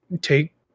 take